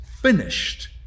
finished